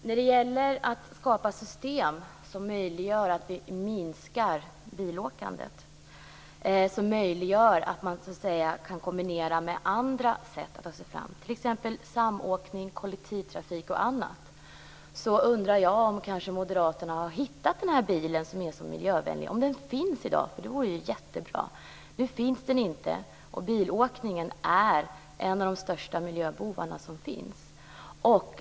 När det gäller att skapa ett system som gör det möjligt att minska bilåkandet och att kombinera detta med andra sätt att ta sig fram, t.ex. samåkning, kollektivtrafik och annat, undrar jag om moderaterna kanske har hittat den där bilen som är så miljövänlig, om den finns i dag, för det vore ju jättebra. Nu finns den inte, och bilåkningen är en av de största miljöbovarna som finns.